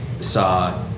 Saw